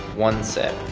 one sip.